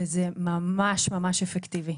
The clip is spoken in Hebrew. וזה ממש ממש אפקטיבי,